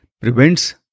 prevents